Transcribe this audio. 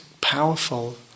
powerful